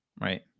right